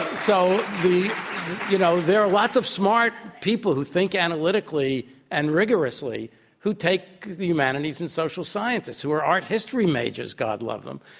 so you know, there are lots of smart people who think analytically and rigorously who take the humanities and social sciences, who are art history majors, god love them,